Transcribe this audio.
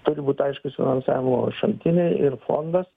turi būt aiškūs finansavimo šaltiniai ir fondas